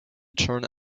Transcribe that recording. turned